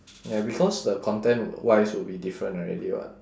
ya because the content wise would be different already [what]